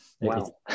wow